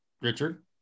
Richard